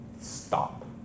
stop